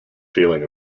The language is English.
feeling